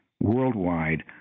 worldwide